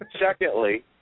Secondly